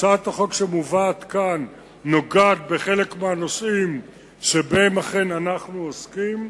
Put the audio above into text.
הצעת החוק שמובאת כאן נוגעת בחלק מהנושאים שבהם אכן אנחנו עוסקים,